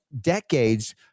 decades